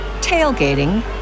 tailgating